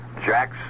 jacks